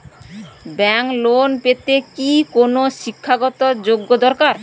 Bank loan পেতে কি কোনো শিক্ষা গত যোগ্য দরকার?